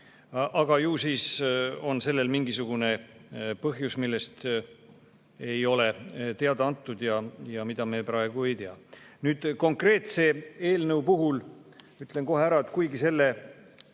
Aga ju siis on sellel mingisugune põhjus, millest ei ole teada antud ja mida me praegu ei tea. Konkreetse eelnõu puhul ütlen kohe ära, et kuigi selle